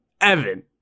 Evan